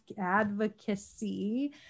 advocacy